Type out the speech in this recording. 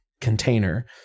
container